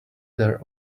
their